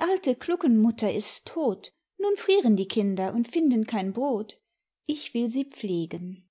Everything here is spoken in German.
alte kluckenmutter ist tot nun frieren die kinder und finden kein brot ich will sie pflegen